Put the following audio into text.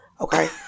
okay